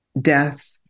death